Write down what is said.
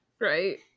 right